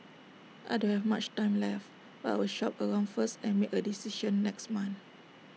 I don't have much time left but I'll shop around first and make A decision next month